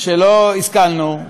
שלא השכלנו,